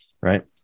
right